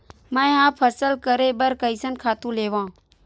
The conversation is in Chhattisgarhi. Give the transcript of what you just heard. मैं ह फसल करे बर कइसन खातु लेवां?